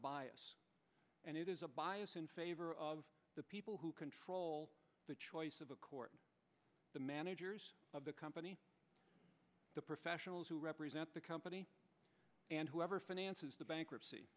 bias and it is a bias in favor of the people who control the choice of a court the manager of the company the professionals who represent the company and whoever finances the bankruptcy